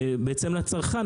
לצרכן.